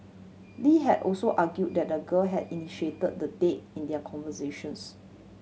Lee had also argued that the girl had initiated the date in their conversations